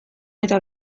eta